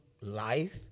Life